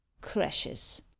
crashes